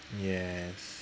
yes